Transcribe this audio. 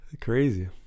Crazy